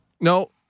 No